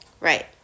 Right